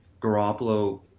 Garoppolo